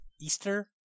Easter